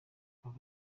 kuwa